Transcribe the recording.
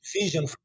vision